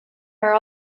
are